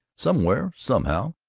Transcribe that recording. somewhere, somehow,